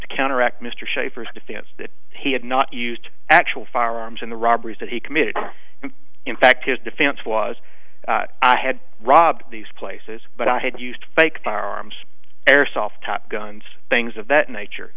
counteract mr schaffer's defense that he had not used actual firearms in the robberies that he committed and in fact his defense was i had robbed these places but i had used fake firearms airsoft top guns things of that nature